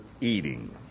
eating